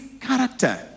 character